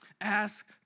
Ask